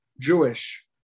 Jewish